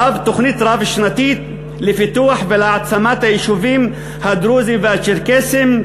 תוכנית רב-שנתית לפיתוח ולהעצמת היישובים הדרוזיים והצ'רקסיים.